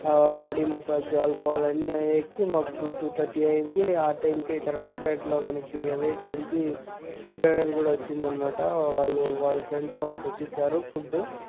ఆ body massage alcohol అన్నీ ఎక్కి మాకి టూ టూ థర్టీ అయింది ఆ టైంకి కరెక్టుగా ఎట్లో మనకి అదే టైంకి ఫుడ్ అనేది కూడా వచ్చిందనమాట వాళ్ళు వాళ్ళ ఫ్రెండ్స్ వాళ్ళు తెచ్చి ఇచ్చారు ఫుడ్డు